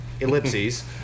ellipses